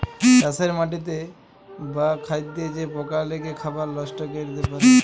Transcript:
চাষের মাটিতে বা খাদ্যে যে পকা লেগে খাবার লষ্ট ক্যরতে পারে